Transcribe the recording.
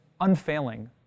unfailing